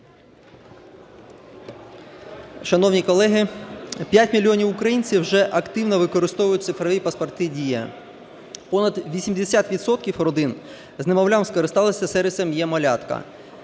Шановні колеги! П'ять мільйонів українців вже активно використовують цифрові паспорти "Дія". Понад 80 відсотків родин з немовлям скористалися сервісом "е-малятко".